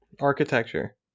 Architecture